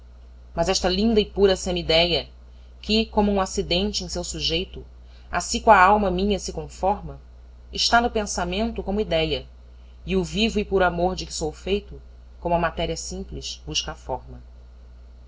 mas esta linda e pura semideia que como um acidente em seu sujeito assi co a alma minha se conforma está no pensamento como ideia o vivo e puro amor de que sou feito como a matéria simples busca a forma